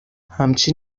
همچی